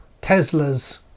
Tesla's